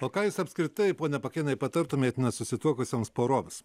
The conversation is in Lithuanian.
o ką jūs apskritai pone pakėnai patartumėt nesusituokusioms poroms